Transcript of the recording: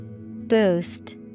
Boost